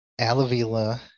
alavila